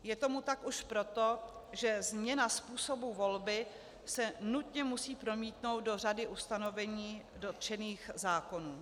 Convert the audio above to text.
Je tomu tak už proto, že změna způsobu volby se nutně musí promítnout do řady ustanovení dotčených zákonů.